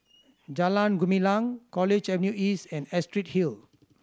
Jalan Gumilang College Avenue East and Astrid Hill